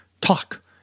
talk